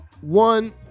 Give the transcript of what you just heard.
one